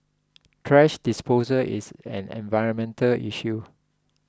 thrash disposal is an environmental issue